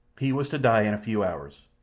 he was to die in a few hours,